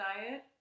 diet